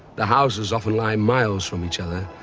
the houses often lie miles from each other,